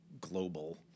global